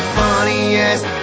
funniest